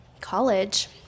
college